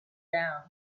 down